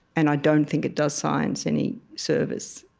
and i don't think it does science any service